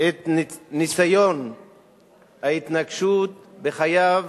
ניסיון ההתנקשות בחייו